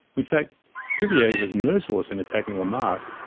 in fact cuvier was merciless in attacking lamarck,